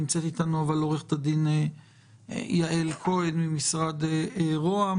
אבל נמצאת אתנו עו"ד יעל כהן ממשרד ראש הממשלה.